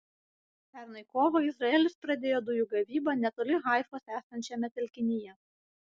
pernai kovą izraelis pradėjo dujų gavybą netoli haifos esančiame telkinyje